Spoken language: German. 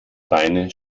reine